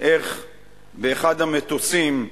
איך באחד המטוסים,